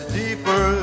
deeper